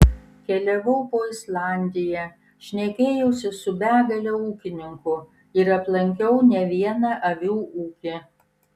keliavau po islandiją šnekėjausi su begale ūkininkų ir aplankiau ne vieną avių ūkį